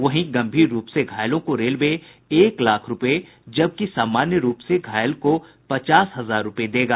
वहीं गंभीर रूप से घायलों को रेलवे एक लाख रूपये जबकि सामान्य रूप से घायल को पचास हजार रूपये देगा